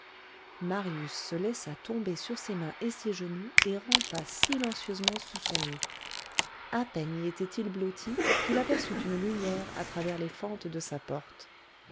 marius se laissa tomber sur ses mains et ses genoux et rampa silencieusement sous son lit à peine y était-il blotti qu'il aperçut une lumière à travers les fentes de sa porte